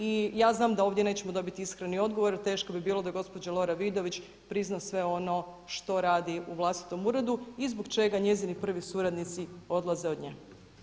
I ja znam da ovdje nećemo dobiti iskreni odgovor jel teško bi bilo da gospođa Lora Vidović prizna sve ono što radi u vlastitom uredu i zbog čega njezini prvi suradnici odlaze od nje.